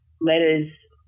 letters –